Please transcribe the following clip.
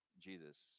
Jesus